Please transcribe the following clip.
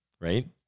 Right